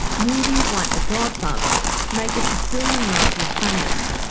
movies like the godfather made the sicilian mafia famous,